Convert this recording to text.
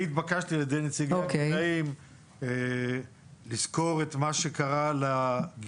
אני התבקשי על ידי נציגי הגמלאים לזכור את מה שקרה לגמלאות